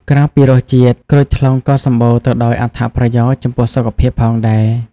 ក្រៅពីរសជាតិ ក្រូចថ្លុងក៏សម្បូរទៅដោយអត្ថប្រយោជន៍ចំពោះសុខភាពផងដែរ។